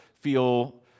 feel